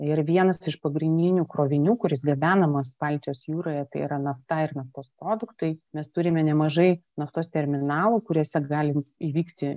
ir vienas iš pagrindinių krovinių kuris gabenamas baltijos jūroje tai yra nafta ir naftos produktai mes turime nemažai naftos terminalų kuriuose gali įvykti